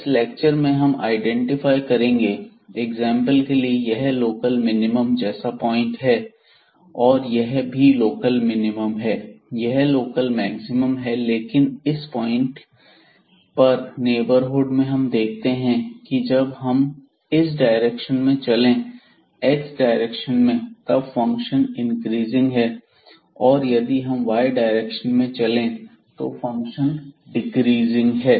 इस लेक्चर में हम आईडेंटिफाई करेंगे एग्जांपल के लिए यह लोकल मिनिमम जैसा पॉइंट है और यह भी लोकल मिनिमम है यह लोकल मैक्सिमम है लेकिन इस पॉइंट पर नेबरहुड में हम देखते हैं कि जब हम इस डायरेक्शन में चलें x डायरेक्शन में तब फंक्शन इंक्रीजिंग है और यदि हम y डायरेक्शन में चलें तो फंक्शन डिक्रीजिंग है